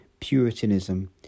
puritanism